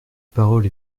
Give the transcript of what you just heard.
parole